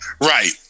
right